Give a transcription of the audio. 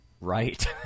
right